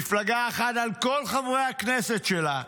מפלגה אחת על כל חברי הכנסת שלה,